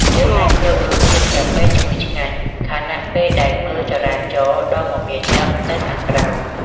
យើងអាចភ្លក្សរសជាតិកាហ្វេឈ្ងុយឆ្ងាញ់ ខណៈពេលដែលមើលចរាចរណ៍ដ៏មមាញឹកនៅខាងក្រោម។